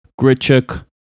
Grichuk